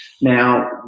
Now